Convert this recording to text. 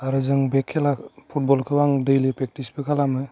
आरो जों बे खेला फुटबलखौ आं दैलि प्रेक्टिसबो खालामो